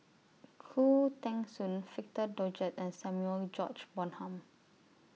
Khoo Teng Soon Victor Doggett and Samuel George Bonham